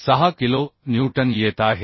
6 kilo newton येत आहे